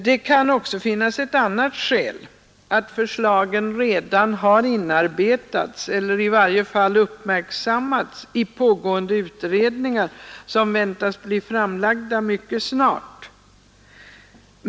Det kan också finnas ett annat skäl, nämligen att förslagen redan har inarbetats eller i varje fall uppmärksammats i pågående utredningar, som väntas bli framlagda mycket snart.